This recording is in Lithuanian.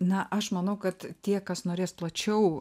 na aš manau kad tie kas norės plačiau